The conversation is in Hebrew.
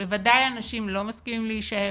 בוודאי אנשים לא מסכימים להשאר,